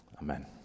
Amen